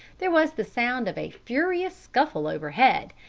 there was the sound of a furious scuffle overhead,